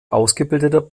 ausgebildeter